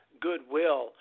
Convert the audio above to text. goodwill